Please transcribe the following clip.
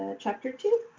ah chapter two.